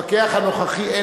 המבקר הנוכחי יודע מזה,